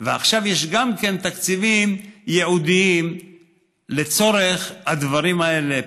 ועכשיו יש גם תקציבים ייעודיים לצורך הדברים האלה,